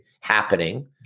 happening